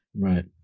right